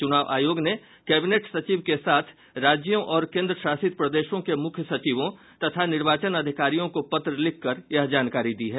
चुनाव आयोग ने कैबिनेट सचिव के साथ राज्यों और केन्द्र शासित प्रदेशों के मुख्य सचिवों तथा निर्वाचन अधिकारियों को पत्र लिख कर यह जानकारी दी है